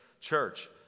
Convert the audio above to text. church